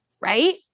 Right